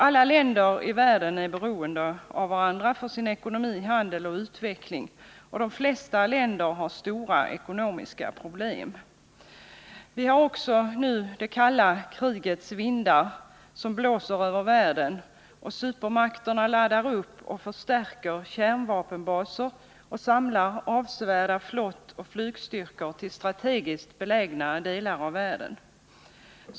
Alla länder i världen är beroende av varandra för sin ekonomi, handel och utveckling, och de flesta länder har stora problem med sin ekonomi. Vi har nu också det kalla krigets vindar, som blåser över världen, och supermakterna laddar upp och förstärker kärnvapenbaser och samlar avsevärda flottoch flygstyrkor till strategiskt belägna delar av världen.